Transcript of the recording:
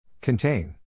Contain